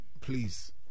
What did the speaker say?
please